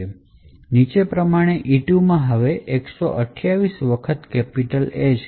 નીચે પ્રમાણે E2 માં હવે 128 A છે